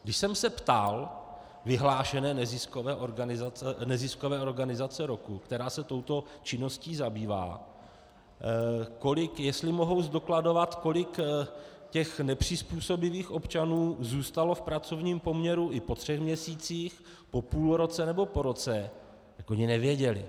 Když jsem se ptal vyhlášené neziskové organizace roku, která se touto činností zabývá, jestli mohou zdokladovat, kolik těch nepřizpůsobivých občanů zůstalo v pracovním poměru i po třech měsících, po půl roce nebo po roce, oni nevěděli.